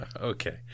okay